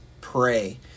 pray